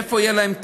מאיפה יהיה להם כסף?